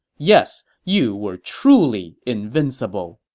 yes, you were truly invincible.